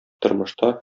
тормышта